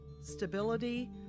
stability